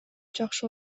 жакшы